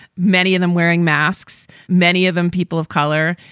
many of them wearing masks. many of them people of color.